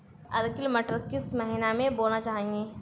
Arkel मटर किस महीना में बोना चाहिए?